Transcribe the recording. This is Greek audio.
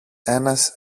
ένας